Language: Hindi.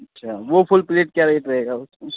अच्छा वह फुल प्लेट क्या रेट रहेगा उसमें